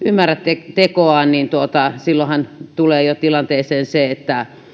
ymmärrä tekoaan tekoaan silloinhan tulee jo se että